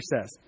says